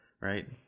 right